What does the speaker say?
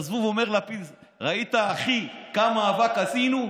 אז הזבוב אומר לפיל: ראית, אחי, כמה אבק עשינו?